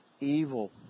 evil